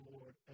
Lord